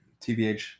TBH